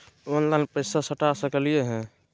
Online पैसा सटा सकलिय है?